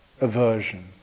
aversion